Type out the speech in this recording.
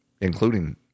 including